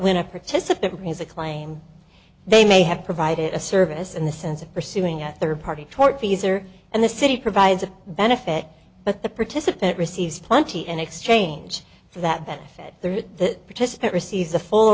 when a participant has a claim they may have provided a service in the sense of pursuing a third party tortfeasor and the city provides a benefit but the participant receives plenty and exchange for that benefit the participant receives a full